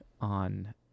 on